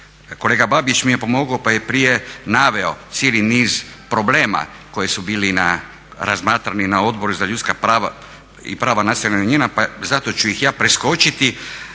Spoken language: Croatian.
Kolega Babić mi je pomogao, pa je prije naveo cijeli niz problema koji su bili razmatrani na Odboru za ljudska prava i prava nacionalnih manjina pa zato ću ih ja preskočiti.